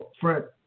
Fred